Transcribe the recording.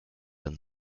and